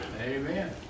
Amen